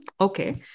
Okay